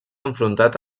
enfrontat